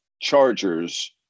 Chargers